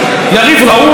אני מוכרח להגיד לך,